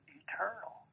eternal